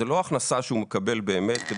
זאת לא הכנסה שהוא מקבל באמת.